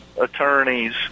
Attorneys